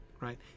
Right